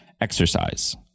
exercise